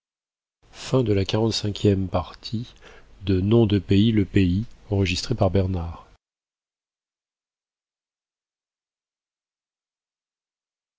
de lui-même le